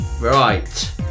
right